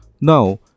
now